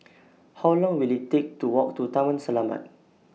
How Long Will IT Take to Walk to Taman Selamat